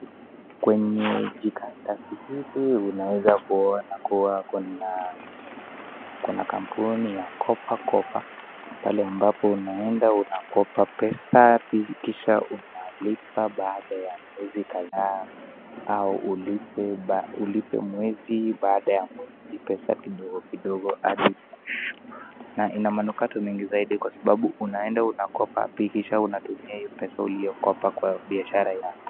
Kwenye jikaratasi hili unaweza kuona kuna kampuni ya Kopa Kopa pale ambapo unaenda unakopa pesa kisha unalipa baada ya miezi kadhaa au ulipe mwezi baada ya mwezi pesa kidodo kidogo na ina manukato mengi zaidi kwa sababu unaenda unakopa kisha unatumia pesa uliyokopa kwa biashara yako